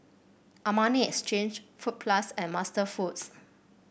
Armani Exchange Fruit Plus and MasterFoods